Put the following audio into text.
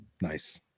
nice